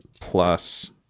Plus